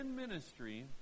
ministry